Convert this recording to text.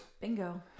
bingo